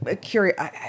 curious